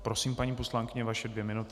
Prosím, paní poslankyně, o vaše dvě minuty.